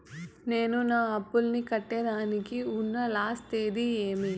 నేను నా అప్పుని కట్టేదానికి ఉన్న లాస్ట్ తేది ఏమి?